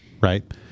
right